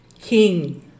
King